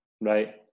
Right